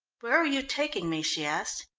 where are you taking me? she asked.